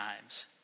times